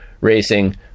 racing